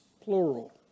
plural